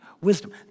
Wisdom